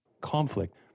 conflict